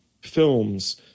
films